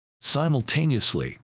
Simultaneously